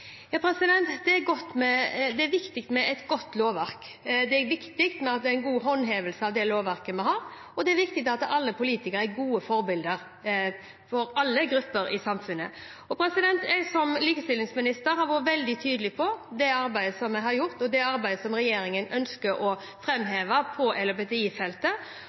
Det er viktig med et godt lovverk. Det er viktig med en god håndhevelse av det lovverket vi har, og det er viktig at alle politikere er gode forbilder for alle grupper i samfunnet. Jeg har som likestillingsminister vært veldig tydelig på det arbeidet som vi har gjort, og det arbeidet som regjeringen ønsker å framheve på